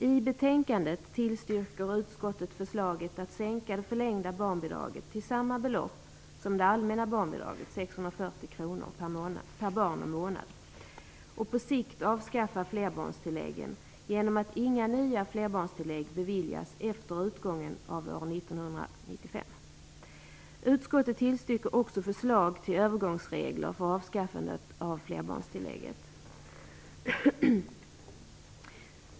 I betänkandet tillstyrker utskottet förslaget att sänka det förlängda barnbidraget till samma belopp som det allmänna barnbidraget, 640 kr per barn och månad, och att på sikt avskaffa flerbarnstilläggen genom att inga nya flerbarnstillägg beviljas efter utgången av år 1995. Utskottet tillstyrker också förslag till övergångsregler för avskaffandet av flerbarnstillägget.